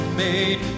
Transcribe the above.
made